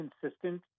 consistent